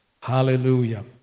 Hallelujah